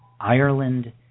Ireland